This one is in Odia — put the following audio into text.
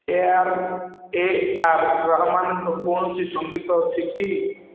ଏ ଆର୍ ଏ ଆର୍ ରହମାନଙ୍କ କୌଣସି ସଙ୍ଗୀତ ଅଛି କି